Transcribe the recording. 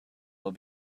will